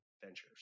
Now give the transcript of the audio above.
ventures